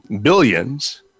Billions